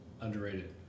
Underrated